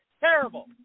terrible